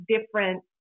different